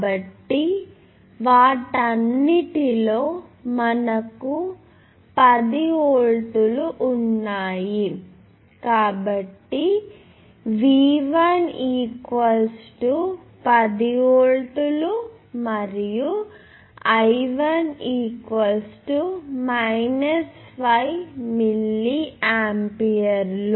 కాబట్టి వాటన్నింటిలో మనకు 10 వోల్ట్లు ఉన్నాయి కాబట్టి V1 10 వోల్ట్లు మరియు I1 మైనస్ 5 మిల్లీ ఆంపియర్లు